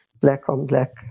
black-on-black